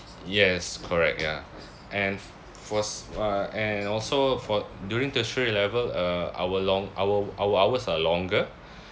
yes correct ya and for s~ uh and also for during tertiary level uh our long our our hours are longer